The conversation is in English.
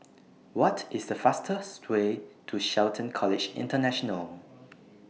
What IS The fastest Way to Shelton College International